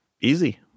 easy